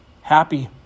happy